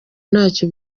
ntacyo